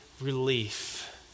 relief